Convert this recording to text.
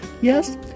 Yes